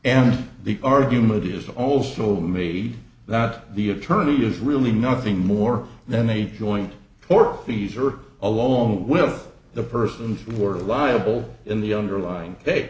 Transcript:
and the argument is also made that the attorney is really nothing more than a joint or these are along with the persons who are liable in the underlying they